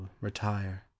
retire